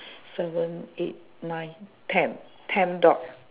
seven eight nine ten ten dog